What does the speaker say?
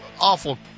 awful